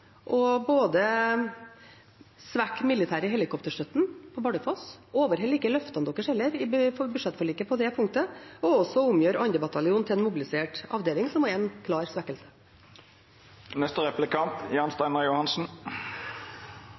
valgt både å svekke den militære helikopterstøtten på Bardufoss – de overholder heller ikke løftene sine i budsjettforliket på det punktet – og å omgjøre 2. bataljon til en mobilisert avdeling, som også er en klar